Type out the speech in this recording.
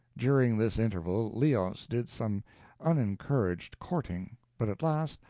during this interval leos did some unencouraged courting, but at last,